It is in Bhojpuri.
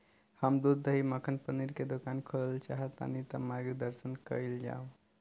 हम दूध दही मक्खन पनीर के दुकान खोलल चाहतानी ता मार्गदर्शन कइल जाव?